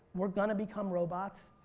we're going to become robots.